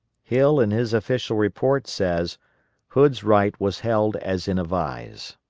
hill in his official report says hood's right was held as in a vise.